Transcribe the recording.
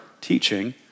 teaching